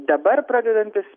dabar pradedantis